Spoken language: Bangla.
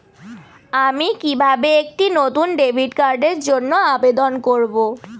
আমি কিভাবে একটি নতুন ডেবিট কার্ডের জন্য আবেদন করব?